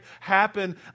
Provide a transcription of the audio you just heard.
happen